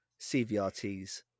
CVRTs